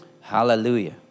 Hallelujah